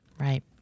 Right